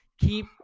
keep